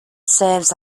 serves